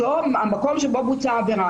המקום שבו בוצעה העבירה,